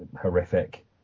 horrific